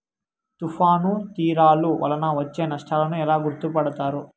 తుఫాను తీరాలు వలన వచ్చే నష్టాలను ఎలా గుర్తుపడతారు?